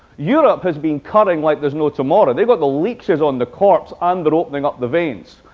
europe has been cutting like there's no tomorrow. they've got the leaches on the corpse and they're opening up the veins.